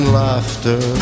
laughter